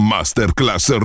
Masterclass